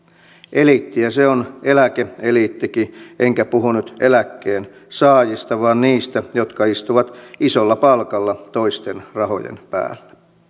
eliittiä se on eläke eliittikin enkä puhu nyt eläkkeensaajista vaan niistä jotka istuvat isolla palkalla toisten rahojen päällä